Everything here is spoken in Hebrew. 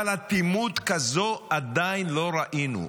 אבל אטימות כזאת עדיין לא ראינו.